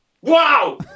Wow